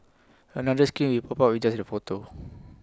another screen will pop up with just the photo